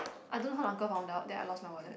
I don't know how the uncle found out that I lost my wallet